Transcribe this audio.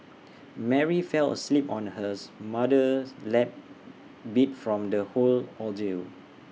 Mary fell asleep on hers mother's lap beat from the whole ordeal